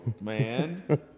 Man